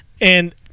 and-